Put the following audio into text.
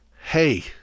hey